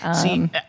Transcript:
See